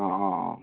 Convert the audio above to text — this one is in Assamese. অঁ অঁ অঁ